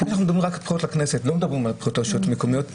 אנחנו מדברים רק על הבחירות לכנסת ולא על הבחירות לרשויות המקומיות.